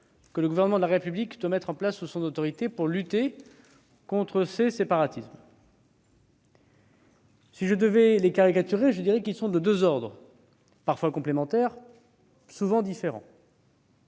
que le gouvernement de la République doit mettre en place, sous son autorité, pour lutter contre ces séparatismes. Si je devais les caricaturer, je dirais que ceux-ci sont de deux ordres, parfois complémentaires, souvent différents.